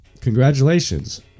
Congratulations